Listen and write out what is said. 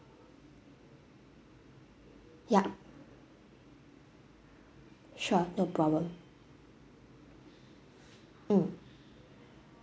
yup sure no problem mm